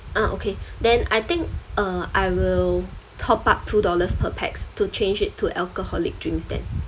ah okay then I think uh I will top up two dollars per pax to change it to alcoholic drinks then